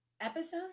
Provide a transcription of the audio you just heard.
episodes